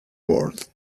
world